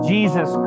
Jesus